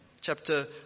Chapter